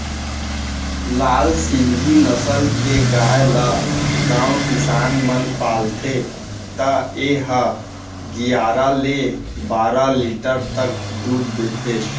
लाल सिंघी नसल के गाय ल गॉँव किसान मन पालथे त ए ह गियारा ले बारा लीटर तक दूद देथे